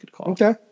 Okay